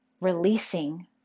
releasing